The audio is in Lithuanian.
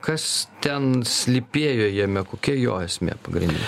kas ten slypėjo jame kokia jo esmė pagrindinė